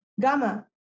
Gamma